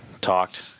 Talked